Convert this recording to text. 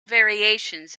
variations